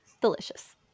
Delicious